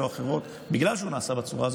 או אחרות בגלל שהוא נעשה בצורה הזאת,